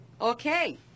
Okay